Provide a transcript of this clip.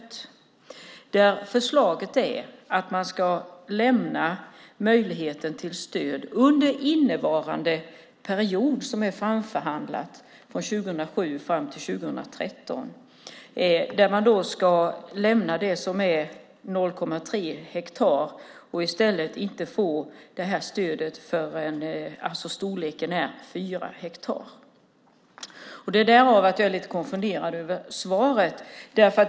Förslaget är att man under innevarande framförhandlade period, från 2007 fram till 2013, ska lämna möjligheten till stöd för 0,3 hektar mark. I stället får man inte det här stödet förrän storleken är 4 hektar. Därav är jag lite konfunderad över svaret.